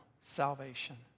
salvation